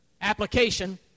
application